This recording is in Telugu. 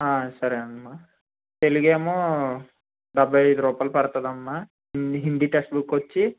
సరే అమ్మా తెలుగేమో డెబ్భై ఐదు రూపాయలు పడుతుంది అమ్మా హి హిందీ టెక్స్ట్ బుక్ వచ్చి